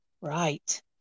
Right